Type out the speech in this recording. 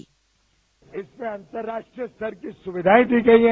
bite इसमें अंतर्राष्ट्रीय स्तर की सुविधाएं दी गई हैं